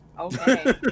Okay